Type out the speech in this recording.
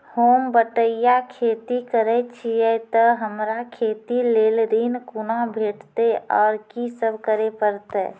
होम बटैया खेती करै छियै तऽ हमरा खेती लेल ऋण कुना भेंटते, आर कि सब करें परतै?